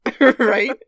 Right